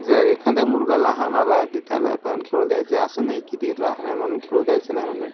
जर एखाद्या मुलगा लहान आला की त्याला पण खेळू द्यायचं असं नाही किती लहान आहे म्हणून खेळू द्यायचं नाही म्हणून